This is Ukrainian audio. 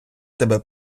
тебе